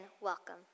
welcome